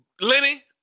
Lenny